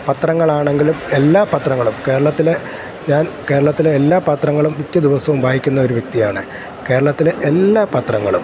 പത്രങ്ങളാണെങ്കിലും എല്ലാ പത്രങ്ങളും കേരളത്തിലെ ഞാൻ കേരളത്തിലെ എല്ലാ പത്രങ്ങളും മിക്ക ദിവസവും വായിക്കുന്ന ഒരു വ്യക്തിയാണ് കേരളത്തിലെ എല്ലാ പത്രങ്ങളും